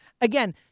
again